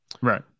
right